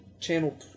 Channel